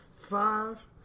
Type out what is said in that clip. five